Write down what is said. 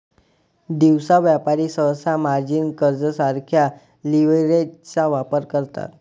दिवसा व्यापारी सहसा मार्जिन कर्जासारख्या लीव्हरेजचा वापर करतात